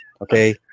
Okay